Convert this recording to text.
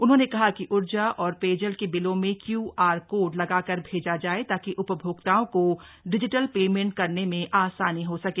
उन्होंने कहा कि ऊर्जा और पेयजल के बिलों में क्यूआर कोड लगाकर भेजा जाए ताकि उपभोक्ताओं को डिजिटल पेमेंट करने में आसानी हो सके